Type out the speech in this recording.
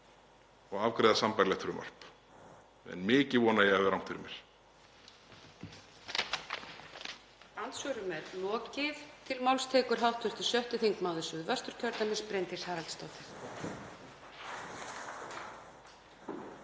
og afgreiða sambærilegt frumvarp en mikið vona ég að ég hafi rangt fyrir mér.